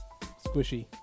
Squishy